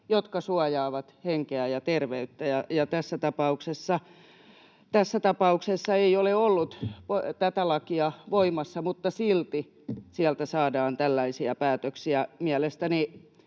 jotka suojaavat henkeä ja terveyttä. Tässä tapauksessa ei ole ollut tätä lakia voimassa, mutta silti sieltä saadaan tällaisia päätöksiä. Mielestäni